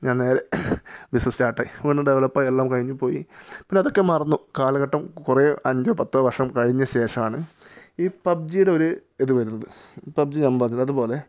ഞാൻ നേരെ business start ആയി ഒന്ന് ഡെവലപ്പ് ആയി എല്ലാം കഴിഞ്ഞു പോയി പിന്നെ അതൊക്കെ മറന്നു കാലഘട്ടം കുറേ അഞ്ചോ പത്തോ വർഷം കഴിഞ്ഞ ശേഷമാണ് ഈ പബ്ജിയുടെ ഒരു ഇത് വരുന്നത് പബ്ജി ഞാൻ പറഞ്ഞില്ലേ അതുപോലെ